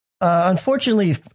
Unfortunately